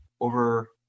over